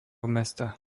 mesta